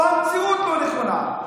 או שהמציאות לא נכונה.